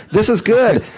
this is good!